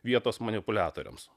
vietos manipuliatoriams